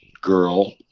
girl